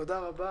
תודה רבה